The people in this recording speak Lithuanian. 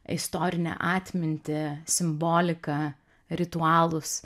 istorinę atmintį simboliką ritualus